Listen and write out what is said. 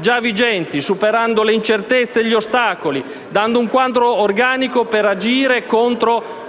già vigenti, superando l'incertezza e gli ostacoli, dando un quadro organico per agire contro